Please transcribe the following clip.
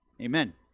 amen